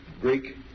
Greek